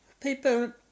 people